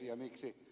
se miksi ed